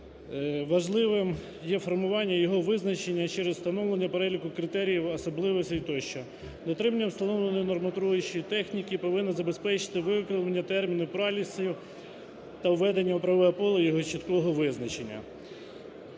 Важливим є формування його визначення через встановлення переліку критеріїв, особливостей тощо. Дотримання встановленої нормотворчої техніки повинно забезпечити виокремлення терміну "пралісів" та введення в правове поле його чіткого визначення.